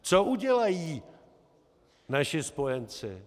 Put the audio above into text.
Co udělají naši spojenci?